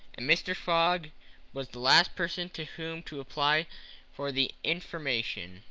and mr. fogg was the last person to whom to apply for the information.